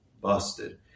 busted